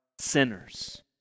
sinners